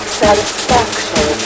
satisfaction